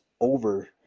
over